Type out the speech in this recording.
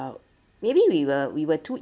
well maybe we were we were too